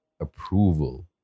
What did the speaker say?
approval